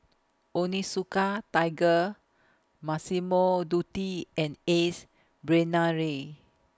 Onitsuka Tiger Massimo Dutti and Ace Brainery